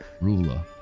Ruler